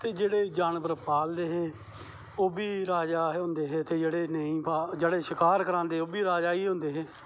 ते जेह्ड़े जानवर पालदे हे ओह् बी राज़ें होंदे हे ते जेह्ड़े नेंई पालदे शखार करांदे हे ओह् बी राज़ा गै होंदे हे